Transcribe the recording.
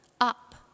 up